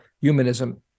humanism